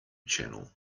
channel